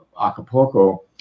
Acapulco